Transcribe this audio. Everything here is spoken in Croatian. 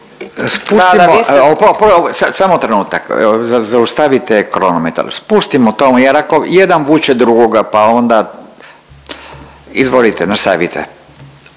Samo trenutak. Zaustavite kronometar. Spustimo to, jer ako jedan vuče drugoga pa onda. Izvolite nastavite.